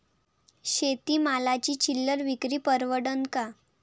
शेती मालाची चिल्लर विक्री परवडन का?